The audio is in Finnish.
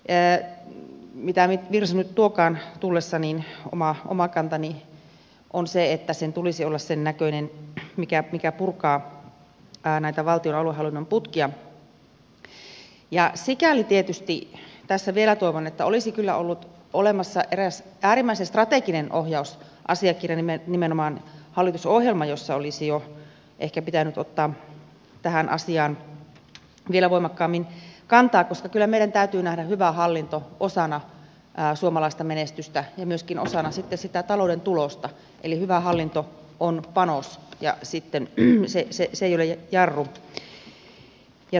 mitä virsu nyt tuokaan tullessaan niin oma kantani on se että sen tulisi olla sennäköinen että se purkaa näitä valtion aluehallinnon putkia ja sikäli tietysti tässä vielä sanon että olisi kyllä ollut olemassa eräs äärimmäisen strateginen ohjausasiakirja nimenomaan hallitusohjelma jossa olisi jo ehkä pitänyt ottaa tähän asiaan vielä voimakkaammin kantaa koska kyllä meidän täytyy nähdä hyvä hallinto osana suomalaista menestystä ja myöskin osana sitten sitä talouden tulosta eli hyvä hallinto on panos ja se ei ole jarru